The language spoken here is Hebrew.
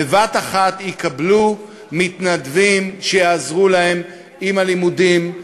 בבת-אחת יקבלו מתנדבים שיעזרו להם בלימודים,